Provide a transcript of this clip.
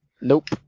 Nope